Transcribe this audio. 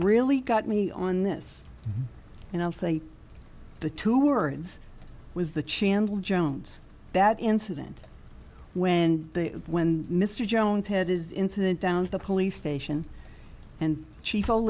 really got me on this and i'll say the two words was the chandler jones that incident when they when mr jones had his incident down at the police station and she fell